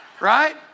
Right